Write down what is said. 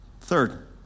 Third